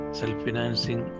self-financing